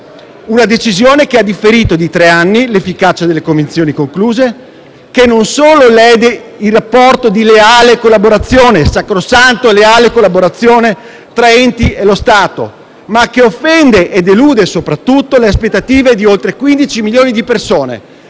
una decisione che ha differito di tre anni l'efficacia delle convenzioni concluse, che non solo lede il rapporto di sacrosanta e leale collaborazione tra gli enti e lo Stato, ma offende e delude soprattutto le aspettative di oltre 15 milioni di persone